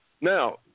Now